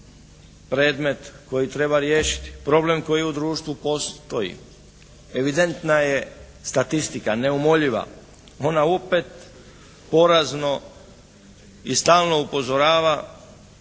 predmet koji treba riješiti. Problem koji u društvu postoji. Evidentna je statistika. Neumoljiva. Ona opet porazno i stalno upozorava